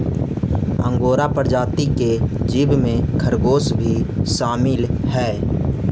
angora प्रजाति के जीव में खरगोश भी शामिल हई